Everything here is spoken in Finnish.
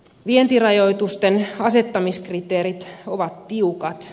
vientirajoitusten asettamiskriteerit ovat tiukat